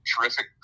terrific